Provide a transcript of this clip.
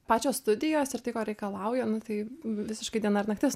pačios studijos ir tai ko reikalauja nu tai visiškai viena naktis